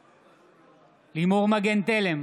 בעד לימור מגן תלם,